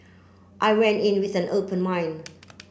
I went in with an open mind